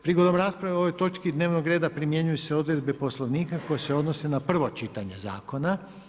Prigodom rasprave o ovoj točki dnevnog reda, primjenjuju se odredbe Poslovnika koje se odnose na prvo čitanje zakona.